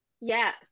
Yes